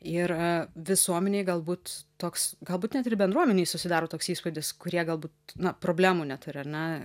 ir visuomenėj galbūt toks galbūt net ir bendruomenėj susidaro toks įspūdis kurie galbūt problemų neturi ar ne